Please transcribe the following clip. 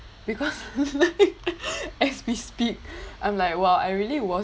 because as we speak I'm like !wow! I really was